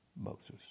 Moses